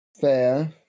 Fair